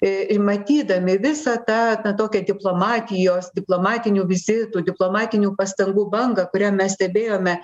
ir matydami visą tą tokią diplomatijos diplomatinių vizitų diplomatinių pastangų bangą kurią mes stebėjome